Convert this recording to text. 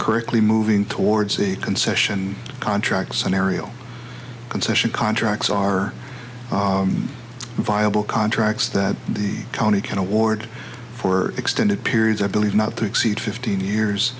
currently moving towards a concession contracts an aerial concession contracts are viable contracts that the county can award for extended periods i believe not to exceed fifteen years